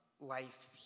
life